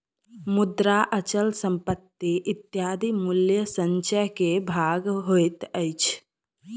मुद्रा, अचल संपत्ति इत्यादि मूल्य संचय के भाग होइत अछि